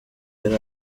yari